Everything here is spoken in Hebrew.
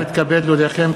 הנני מתכבד להודיעכם,